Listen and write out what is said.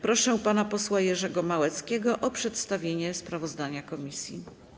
Proszę pana posła Jerzego Małeckiego o przedstawienie sprawozdania komisji.